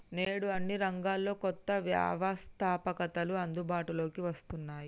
నేడు అన్ని రంగాల్లో కొత్త వ్యవస్తాపకతలు అందుబాటులోకి వస్తున్నాయి